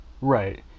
Right